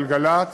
גלגלצ,